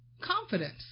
confidence